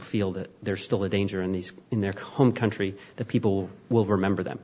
feel that there's still a danger in these in their home country that people will remember that